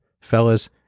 Fellas